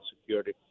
security